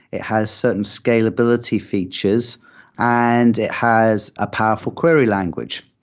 it has certain scalability features and it has a powerful query language.